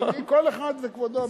כל אחד כבודו במקומו.